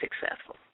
successful